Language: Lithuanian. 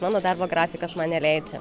mano darbo grafikas man neleidžia